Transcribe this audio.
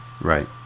right